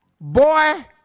Boy